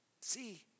see